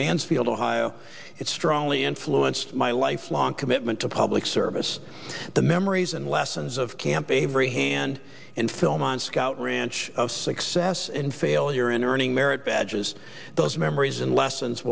mansfield ohio it strongly influenced my lifelong commitment to public service the memories and lessons of camp a very hand in philmont scout ranch of success and failure in earning merit badges those memories and lessons